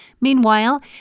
Meanwhile